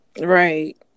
right